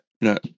no